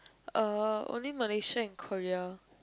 uh only Malaysia and Korea